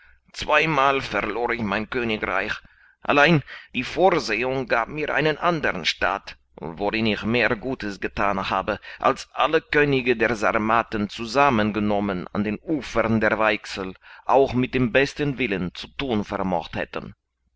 zweimal verlor ich mein königreich allein die vorsehung gab mir einen andern staat worin ich mehr gutes gethan habe als alle könige der sarmaten zusammen genommen an den ufern der weichsel auch mit dem besten willen zu thun vermocht hätten